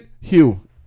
hugh